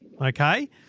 okay